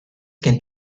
can